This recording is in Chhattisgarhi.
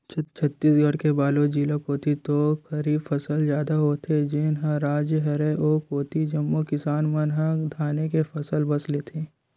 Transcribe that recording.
छत्तीसगढ़ के बलोद जिला कोती तो खरीफ फसल जादा होथे, धनहा राज हरय ओ कोती जम्मो किसान मन ह धाने के फसल बस लेथे